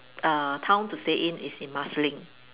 uh town to stay in is in Marsiling